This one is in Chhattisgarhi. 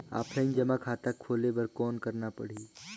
ऑफलाइन जमा खाता खोले बर कौन करना पड़ही?